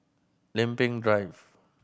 Lempeng Drive